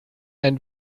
and